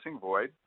void